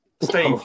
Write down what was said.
steve